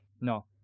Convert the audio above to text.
No